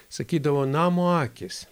sakydavo namo akys